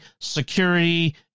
security